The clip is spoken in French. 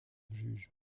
juge